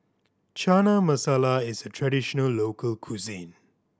Chana Masala is a traditional local cuisine